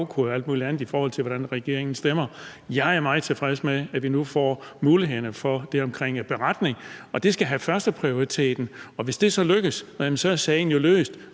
og alt muligt andet, i forhold til hvordan regeringen stemmer. Jeg er meget tilfreds med, at vi nu får en mulighed i forhold til at lave en beretning, og det skal have førsteprioritet. Og hvis det så lykkes, er sagen jo løst;